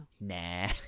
Nah